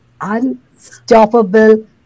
unstoppable